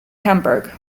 hamburg